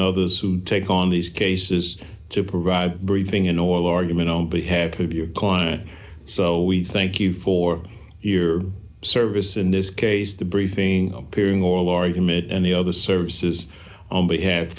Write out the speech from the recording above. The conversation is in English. others who take on these cases to provide breathing in oil argument on behalf of your client so we thank you for your service in this case the briefing i'm hearing oral argument and the other services